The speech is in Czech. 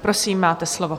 Prosím, máte slovo.